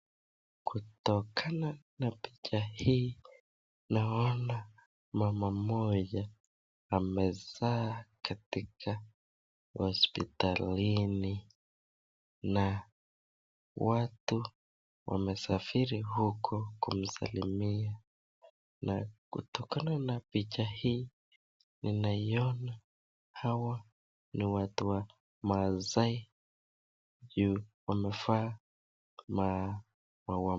Kutokana na picha hii naona mama mmoja amezaa katika hospitalini ,na watu wamesafiri huku kumsalimia. Na kutokana na picha hii ninaiona hawa ni watu wa masai juu wamevaa ma wa.